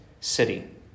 city